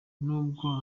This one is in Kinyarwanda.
nubwo